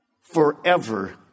Forever